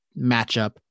matchup